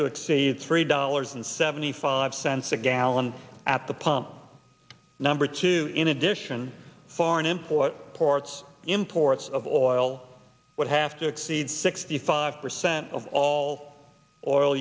exceed three dollars and seventy five cents a gallon at the pump number two in addition foreign import ports imports of oil would have to exceed sixty five percent of all oil